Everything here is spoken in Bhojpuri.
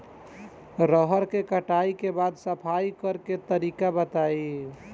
रहर के कटाई के बाद सफाई करेके तरीका बताइ?